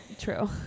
True